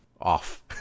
off